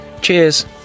Cheers